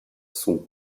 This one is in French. son